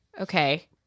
okay